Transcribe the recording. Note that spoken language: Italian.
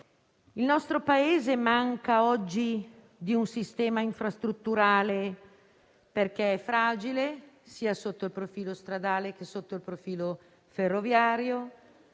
Il nostro Paese manca oggi di un sistema infrastrutturale, che è fragile, sia sotto il profilo stradale che sotto il profilo ferroviario;